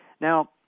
Now